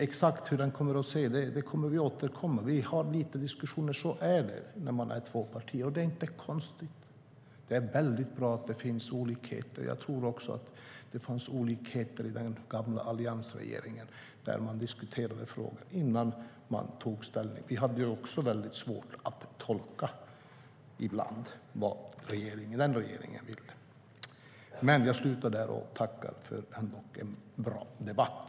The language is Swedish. Exakt hur det kommer att se ut återkommer vi till. Vi för diskussioner. Så är det när man är två partier. Det är inte konstigt. Det är väldigt bra att det finns olikheter. Jag tror att det fanns olikheter även i den gamla alliansregeringen. Man diskuterade frågorna innan man tog ställning. Också vi hade ibland väldigt svårt att tolka vad regeringen ville. Jag tackar för en bra debatt.